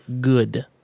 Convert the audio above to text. good